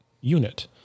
unit